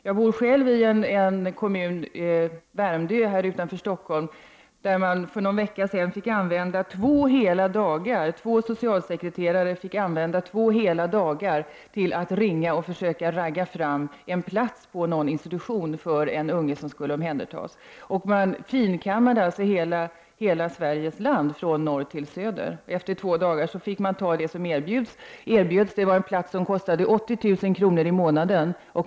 Jag bor själv i Värmdö kommun utanför Stockholm, där för någon vecka sedan två socialsekreterare fick använda två hela dagar till att ringa runt och försöka ragga fram en plats på en institution för ett barn som skulle omhändertas. Man finkammade hela Sveriges land från norr till söder. Efter två dagar fick man ta det som erbjöds. Det var en plats som kostade 80 000 kr. i månaden.